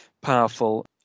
powerful